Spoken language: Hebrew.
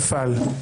נפל.